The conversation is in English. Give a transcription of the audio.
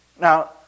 now